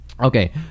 Okay